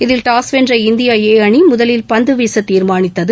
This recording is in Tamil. இதில் டாஸ் வென்ற இந்தியா ஏ அணி முதலில் பந்துவீச தீாமானித்தது